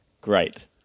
great